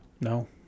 no